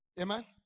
Amen